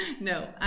no